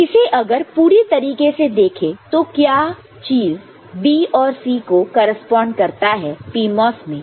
इसे अगर पूरी तरीके से देखें तो क्या चीज B और C को करेस्पॉन्डकरता है PMOS मैं